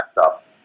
up